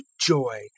joy